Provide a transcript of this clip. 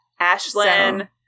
Ashlyn